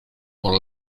por